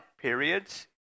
periods